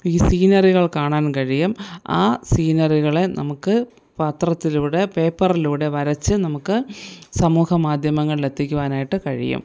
ഈ സീനറികൾ കാണാൻ കഴിയും ആ സീനറികളെ നമുക്ക് പത്രത്തിലൂടെ പേപ്പറിലൂടെ വരച്ച് നമുക്ക് സമൂഹമാധ്യമങ്ങളിൽ എത്തിക്കുവാനായിട്ട് കഴിയും